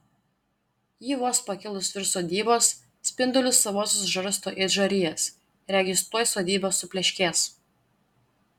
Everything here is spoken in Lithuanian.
ji vos pakilus virš sodybos spindulius savuosius žarsto it žarijas regis tuoj sodyba supleškės